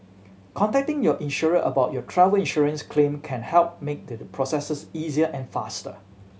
contacting your insurer about your travel insurance claim can help make the process easier and faster